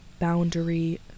boundary